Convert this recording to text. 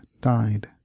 died